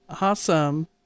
Awesome